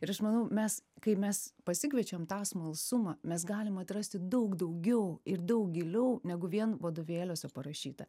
ir aš manau mes kai mes pasikviečiam tą smalsumą mes galim atrasti daug daugiau ir daug giliau negu vien vadovėliuose parašyta